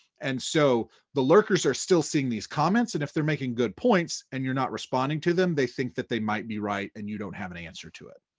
and so the lurkers are still seeing these comments, and if they're making good points and you're not responding to them, they think that they might be right and you don't have an answer to it.